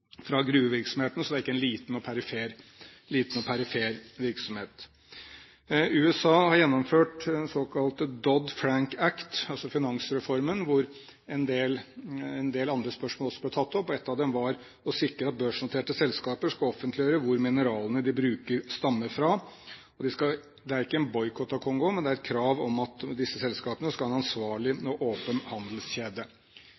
fra gruvevirksomheten. Så det er ikke en liten og perifer virksomhet. USA har gjennomført den såkalte Dodd-Frank Act, altså finansreformen, hvor en del andre spørsmål også ble tatt opp. Ett av dem var å sikre at børsnoterte selskaper skal offentliggjøre hvor mineralene de bruker, stammer fra. Det er ikke en boikott av Kongo, men det er et krav om at disse selskapene skal ha en ansvarlig